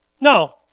no